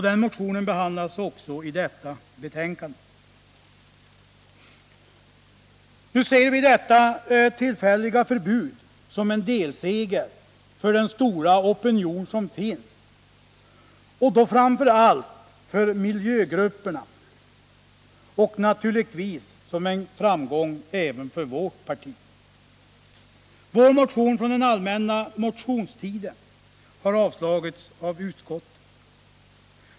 Den behandlas också i detta betänkande. Vi ser det tillfälliga förbudet som en delseger för den stora opinion som finns, framför allt för miljögrupperna. Men naturligtvis är det också en framgång för vårt parti. Nu har vår motion avstyrkts av utskottet.